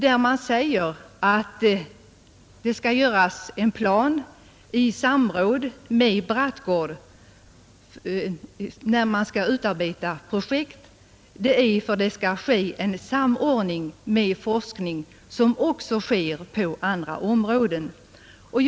Det heter att i samråd med Brattgård skall en plan utarbetas för de projekt som skall bedrivas vid handikappavdelningen i Göteborg, varigenom en lämplig samordning mellan denna avdelning samt handikappinstitutet och andra organs verksamhet bör kunna ske.